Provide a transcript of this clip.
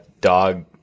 dog